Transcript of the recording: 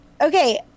Okay